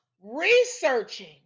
researching